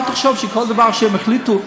אל תחשוב שכל דבר שהם החליטו,